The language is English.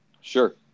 Sure